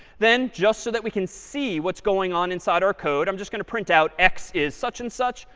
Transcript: then, just so that we can see what's going on inside our code, i'm just going to print out x is such and such,